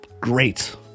great